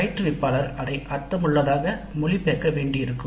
பயிற்றுவிப்பாளர் அதை அர்த்தமுள்ளதாக மொழிபெயர்க்க வேண்டியிருக்கும்